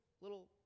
little